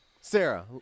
Sarah